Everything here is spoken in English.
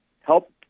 help